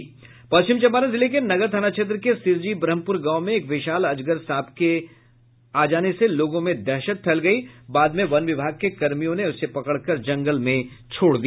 पश्चिम चम्पारण जिले के नगर थाना क्षेत्र के सिरजी ब्रहम्पुर गांव में एक विशाल अजगर सांप के आ जाने से लोगों में दहशत फैल गयी बाद में वन विभाग के कर्मियों ने उसे पकड़ कर जंगल में छोड़ दिया